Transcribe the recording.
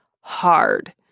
hard